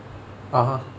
(uh huh)